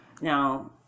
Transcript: Now